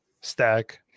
stack